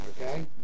Okay